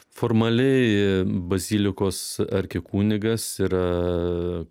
formaliai bazilikos arkikunigas ir